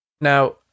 Now